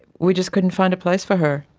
we just couldn't find a place for her.